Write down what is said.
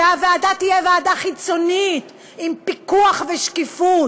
והוועדה תהיה ועדה חיצונית, עם פיקוח ושקיפות